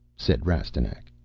said rastignac.